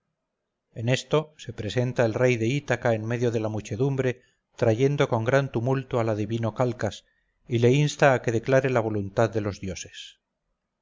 en esto se presenta el rey de ítaca en medio de la muchedumbre trayendo con gran tumulto al adivino calcas y le insta a que declare la voluntad de los dioses